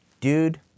dude